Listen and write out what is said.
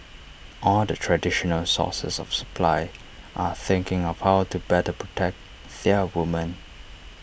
all the traditional sources of supply are thinking of how to better protect their women